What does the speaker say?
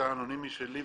בתא האנונימי שלי,